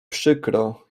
przykro